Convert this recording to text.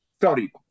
sorry